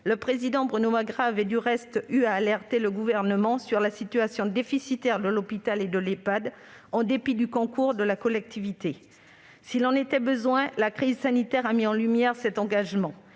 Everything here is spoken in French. Le président Bruno Magras avait d'ailleurs eu à alerter le Gouvernement sur la situation déficitaire de l'hôpital et de l'Ehpad, en dépit du concours de la collectivité. S'il en était besoin, la crise sanitaire a mis en lumière cet engagement,